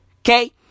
Okay